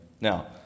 Now